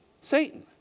Satan